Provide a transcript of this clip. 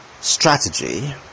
strategy